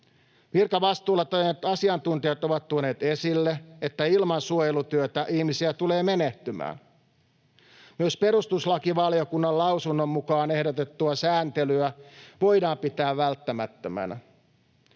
Virkavastuulla toimivat asiantuntijat ovat tuoneet esille, että ilman suojelutyötä ihmisiä tulee menehtymään. Myös perustuslakivaliokunnan lausunnon mukaan ehdotettua sääntelyä voidaan pitää välttämättömänä.